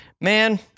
man